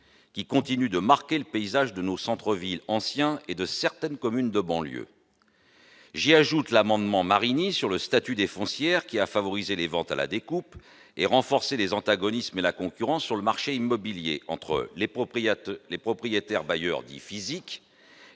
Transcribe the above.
qui continuent de marquer le paysage de nos centres-villes anciens ou de certaines communes de banlieue. J'y ajoute l'amendement dit Marini sur le statut des foncières, qui a favorisé les ventes à la découpe et renforcé les antagonismes et la concurrence sur le marché immobilier entre les propriétaires bailleurs dits physiques